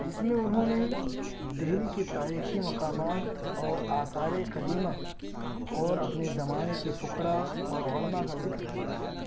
جس میں انہوں نے دہلی کے تاریخی مقامات اور آثارِ قدیمہ اور اپنے زمانے کے فکرا اور علماء کا ذکر کیا ہے